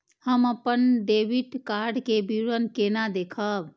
हम अपन debit card के विवरण केना देखब?